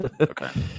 Okay